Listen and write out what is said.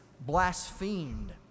blasphemed